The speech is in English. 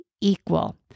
equal